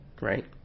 right